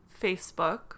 Facebook